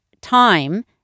time